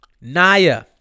Naya